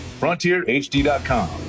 frontierhd.com